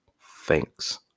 Thanks